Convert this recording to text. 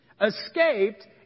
escaped